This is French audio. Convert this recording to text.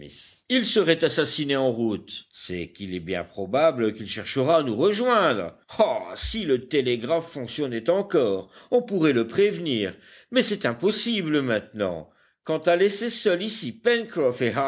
il serait assassiné en route c'est qu'il est bien probable qu'il cherchera à nous rejoindre ah si le télégraphe fonctionnait encore on pourrait le prévenir mais c'est impossible maintenant quant à laisser seuls ici